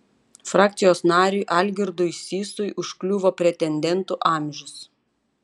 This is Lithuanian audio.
frakcijos nariui algirdui sysui užkliuvo pretendentų amžius